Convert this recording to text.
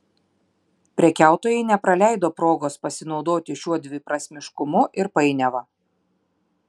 prekiautojai nepraleido progos pasinaudoti šiuo dviprasmiškumu ir painiava